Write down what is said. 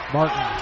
Martin